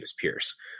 Pierce